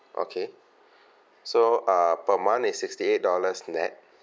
okay so uh per month is sixty eight dollars net